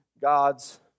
God's